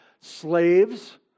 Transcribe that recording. slaves